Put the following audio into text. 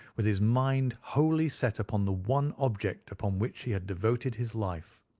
with his mind wholly set upon the one object upon which he had devoted his life.